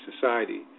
society